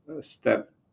step